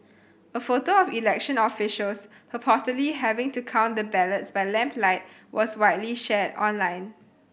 a photo of election officials purportedly having to count the ballots by lamplight was widely shared online